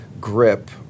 grip